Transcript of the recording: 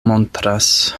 montras